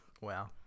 Wow